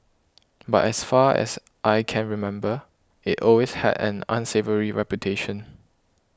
but as far as I can remember it always had an unsavoury reputation